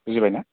बुजिबायना